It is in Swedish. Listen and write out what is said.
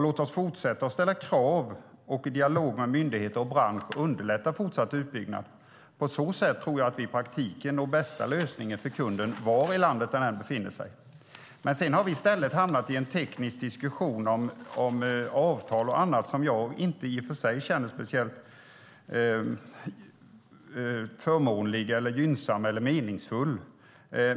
Låt oss fortsätta att ställa krav och i dialog med myndigheter och bransch underlätta fortsatt utbyggnad. På så sätt tror jag att vi i praktiken når bästa lösningen för kunden var i landet den än befinner sig. Men sedan har vi i stället hamnat i en teknisk diskussion om avtal och annat som jag i och för sig inte känner är speciellt förmånlig eller gynnsam eller meningsfull.